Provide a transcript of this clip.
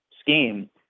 scheme